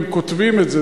הם כותבים את זה,